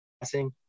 Passing